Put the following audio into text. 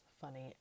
funny